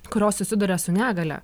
kurios susiduria su negalia